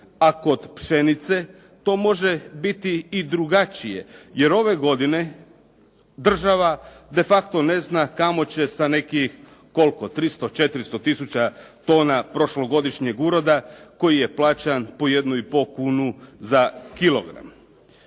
a kod pšenice to može biti i drugačije jer ove godine država de facto ne zna kamo će sa nekih, koliko, 300, 400 tisuća tona prošlogodišnjeg uroda koji je plaćan po 1,5 kunu za kilogram.